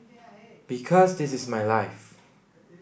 because this is my life